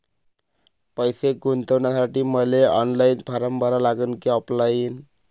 पैसे गुंतन्यासाठी मले ऑनलाईन फारम भरा लागन की ऑफलाईन?